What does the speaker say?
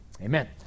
Amen